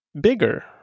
bigger